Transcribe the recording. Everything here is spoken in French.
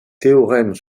théorèmes